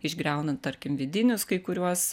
išgriaunant tarkim vidinius kai kuriuos